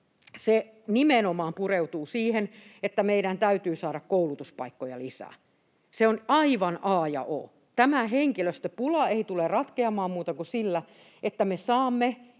se nimenomaan pureutuu siihen, että meidän täytyy saada koulutuspaikkoja lisää. Se on aivan a ja o. Tämä henkilöstöpula ei tule ratkeamaan muuta kuin sillä, että me saamme